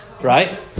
right